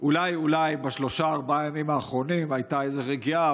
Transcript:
אולי אולי בשלושת הימים האחרונים הייתה איזו רגיעה,